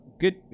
good